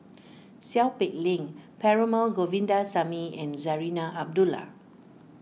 Seow Peck Leng Perumal Govindaswamy and Zarinah Abdullah